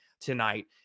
tonight